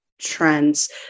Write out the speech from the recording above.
Trends